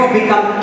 become